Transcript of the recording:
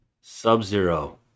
Sub-Zero